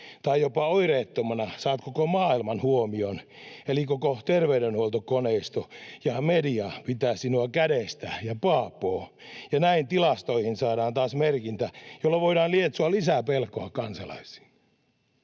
tai jopa oireettomana saat koko maailman huomion, eli koko terveydenhuoltokoneisto ja media pitää sinua kädestä ja paapoo, ja näin tilastoihin saadaan taas merkintä, jolla voidaan lietsoa lisää pelkoa kansalaisiin.